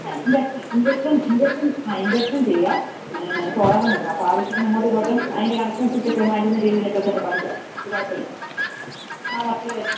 ആ ഇൻവെർട്ടറ് ഇൻവെർട്ടറും ഇൻവെർട്ടറും ആ ഇൻവെർട്ടറും ചെയ്യാം സോളാറും വയ്ക്കാം അപ്പോൾ ആവശ്യത്തിന് അങ്ങോട്ടും ഇങ്ങോട്ടും അതിൻ്റെ കണക്ഷൻസ് മാറ്റുന്ന രീതിലൊക്കെ സെറ്റപ്പാക്കി തരാം അത് കുഴപ്പമില്ല ആ വർക്ക് എല്ലാം